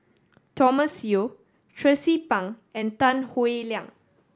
Thomas Yeo Tracie Pang and Tan Howe Liang